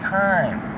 time